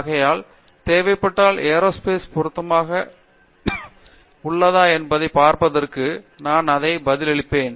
ஆகையால் தேவைப்பட்டால் ஏரோஸ்பேஸ் பொருத்தமாக உள்ளதா என்பதைப் பார்ப்பதற்கு நான் அதைப் பதிலளிப்பேன்